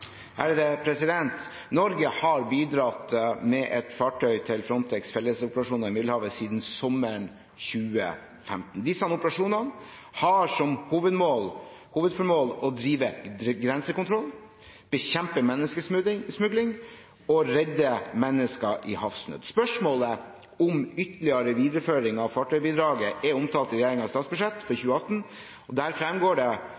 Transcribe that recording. Norge har bidratt med et fartøy til Frontex’ fellesoperasjoner i Middelhavet siden sommeren 2015. Disse operasjonene har som hovedformål å drive grensekontroll, bekjempe menneskesmugling og redde mennesker i havsnød. Spørsmålet om ytterligere videreføring av fartøybidraget er omtalt i regjeringens statsbudsjett for